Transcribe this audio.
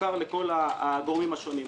מוכר לכל הגורמים השונים.